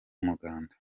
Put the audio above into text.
umuganda